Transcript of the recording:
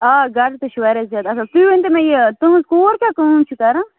آ گرٕ تہِ چھُ واریاہ زیادٕ اَصٕل تُہۍ ؤنۍتو مےٚ یہِ تُہٕنٛز کوٗر کیٛاہ کٲم چھِ کران